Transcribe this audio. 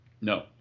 No